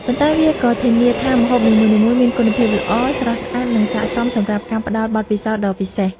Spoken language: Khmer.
ប៉ុន្តែវាក៏ធានាថាម្ហូបនីមួយៗមានគុណភាពល្អ, ស្រស់ស្អាត, និងស័ក្ដសមសម្រាប់ការផ្ដល់បទពិសោធន៍ដ៏ពិសេស។